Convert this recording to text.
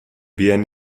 bien